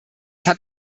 hat